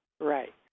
right